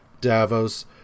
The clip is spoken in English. Davos